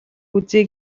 үзье